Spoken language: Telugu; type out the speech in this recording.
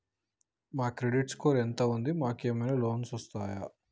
మా క్రెడిట్ స్కోర్ ఎంత ఉంది? మాకు ఏమైనా లోన్స్ వస్తయా?